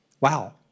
Wow